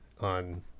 on